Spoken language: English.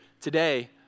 today